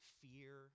fear